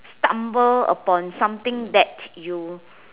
stumble upon something that you